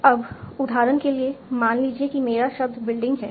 अब उदाहरण के लिए मान लीजिए कि मेरा शब्द बिल्डिंग है